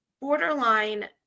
borderline